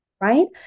right